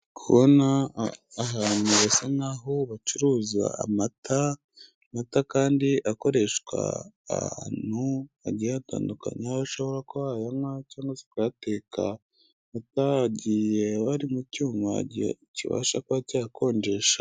Kubona ahantu hasa nkaho bacuruza amata, amata kandi akoreshwa ahantu hagiye hatandukanye, aho hashobora kuba wanywa cyangwa ukuyateka atagiye wari mu cyuma igihe kibasha kuba cyakonjesha.